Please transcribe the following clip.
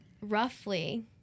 roughly